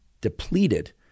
depleted